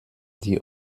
die